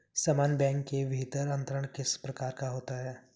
समान बैंक के भीतर अंतरण किस प्रकार का होता है?